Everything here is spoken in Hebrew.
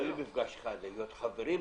לא למפגש אחד אלא להיות חברים בוועדה.